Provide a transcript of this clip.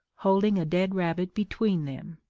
holding a dead rabbit between them,